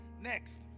next